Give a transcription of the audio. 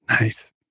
Nice